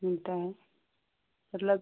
मिलता है मतलब